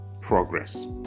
progress